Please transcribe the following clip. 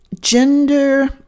Gender